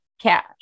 cash